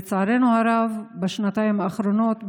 לצערנו הרב, בשנתיים האחרונות,